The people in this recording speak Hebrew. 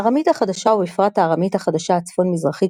הארמית החדשה ובפרט הארמית החדשה הצפון-מזרחית